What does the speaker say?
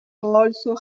also